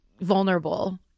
vulnerable